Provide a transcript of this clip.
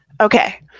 Okay